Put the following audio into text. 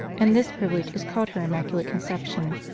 and this privilege is called her immaculate conception.